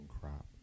crap